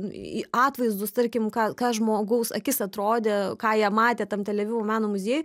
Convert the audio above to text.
į atvaizdus tarkim ką ką žmogaus akis atrodė ką jie matė tam tel avivo meno muziejuj